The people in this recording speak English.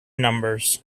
numbers